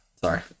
Sorry